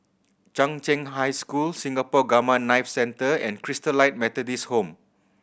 Chung Cheng High School Singapore Gamma Knife Centre and Christalite Methodist Home